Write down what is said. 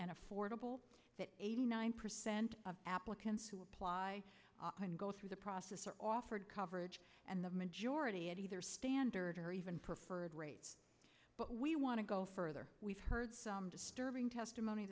and affordable that eighty nine percent of applicants who apply and go through the process are offered coverage and the majority of their standard or even preferred rates but we want to go further we've heard some disturbing testimony